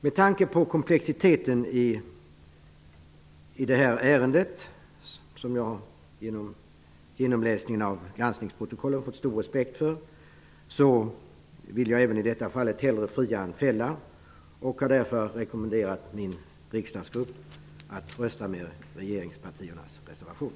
Med tanke på komplexiteten i det här ärendet, vilket jag efter genomläsningen av granskningsprotokollen har fått stor respekt för, vill jag även i detta fall hellre fria än fälla. Jag har därför rekommenderat min riksdagsgrupp att rösta för regeringspartiernas reservation.